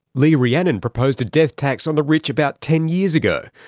lee rhiannon proposed a death tax on the rich about ten years ago.